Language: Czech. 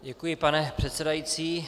Děkuji, pane předsedající.